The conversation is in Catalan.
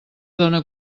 dóna